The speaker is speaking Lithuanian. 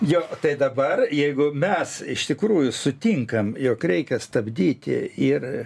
jo tai dabar jeigu mes iš tikrųjų sutinkam jog reikia stabdyti ir